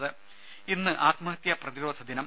രുമ ഇന്ന് ആത്മഹത്യാ പ്രതിരോധദിനം